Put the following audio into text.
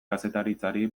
kazetaritzari